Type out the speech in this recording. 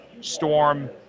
Storm